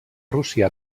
rússia